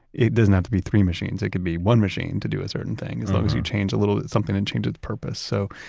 it doesn't have to be three machines. it could be one machine to do a certain thing, as long as you change a little bit something and change its purpose. so,